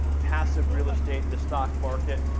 passive real estate, the stock market,